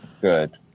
Good